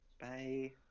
Bye